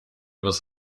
was